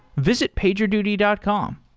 visit pagerduty dot com.